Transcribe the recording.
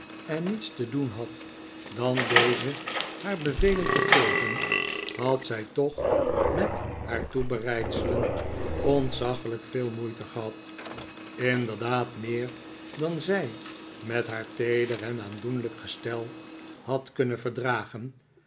en niets te doen had dan deze haar bevelen te geven had zij toch met haar toebereidselen ontzaglijk veel moeite gehad inderdaad meer dan zij met haar feeder en aandoenlijk gestel had kunnen verdragen